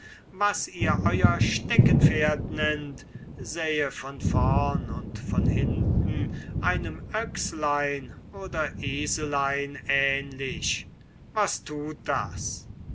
was ihr euer steckenpferd nennt sähe von vorn und von hinten einem öchslein oder eselein ähnlich was tut das